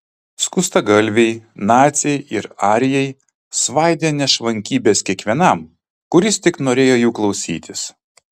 skustagalviai naciai ir arijai svaidė nešvankybes kiekvienam kuris tik norėjo jų klausytis